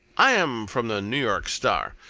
i am from the new york star.